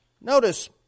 Notice